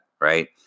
Right